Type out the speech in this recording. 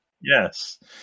Yes